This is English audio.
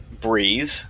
breathe